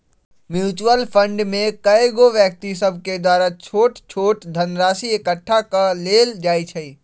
mutual fund में कएगो व्यक्ति सभके द्वारा छोट छोट धनराशि एकठ्ठा क लेल जाइ छइ